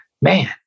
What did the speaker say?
man